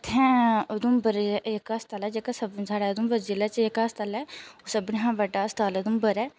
इ'त्थें उधमपुर इक अस्ताल ऐ जेह्का साढ़ा उधमपुर जिला च जेहका अस्ताल ऐ सभनें शा बड्डा अस्ताल ऐ उधमपुर ऐ